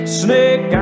snake